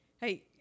Hey